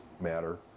matter